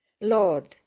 Lord